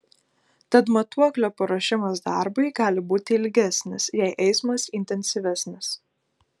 tad matuoklio paruošimas darbui gali būti ilgesnis jei eismas intensyvesnis